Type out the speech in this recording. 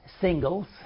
singles